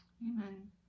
amen